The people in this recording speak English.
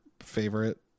favorite